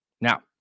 Now